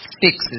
fixes